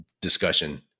discussion